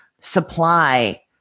supply